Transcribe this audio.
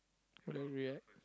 I know weird